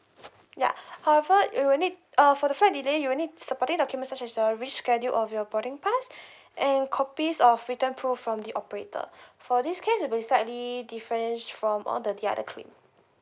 ya however you'll need uh for the flight delay you'll need supporting document such as the reschedule of your boarding pass and copies of return proof from the operator for this case it'll be slightly different from all the the other claim